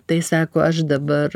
tai sako aš dabar